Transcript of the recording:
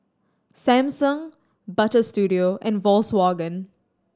Samsung Butter Studio and Volkswagen